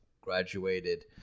graduated